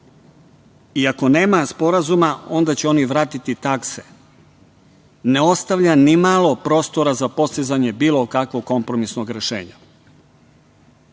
i ako nema sporazuma onda će oni vratiti takse, ne ostavlja ni malo prostora za postizanje bilo kakvog kompromisnog rešenja. Samo